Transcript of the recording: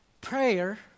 Prayer